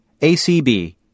ACB –